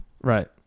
Right